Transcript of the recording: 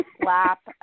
slap